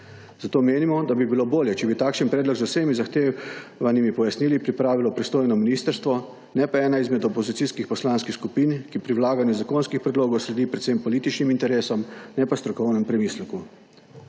Zato menimo, da bi bilo bolje, če bi takšen predlog z vsemi zahtevanimi pojasnili pripravilo pristojno **80. TRAK: (IP) – 15.50** (nadaljevanje) ministrstvo, ne pa ena izmed opozicijskih poslanskih skupin, ki pri vlaganju zakonskih predlogov sledi predvsem politični interesom, ne pa strokovnemu premisleku.